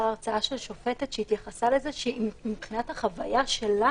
הרצאה של שופטת שהתייחסה לזה שמבחינת החוויה שלה